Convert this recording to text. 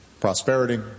prosperity